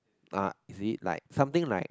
ah is it like something like